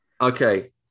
Okay